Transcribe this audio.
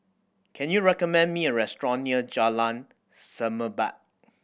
can you recommend me a restaurant near Jalan Semerbak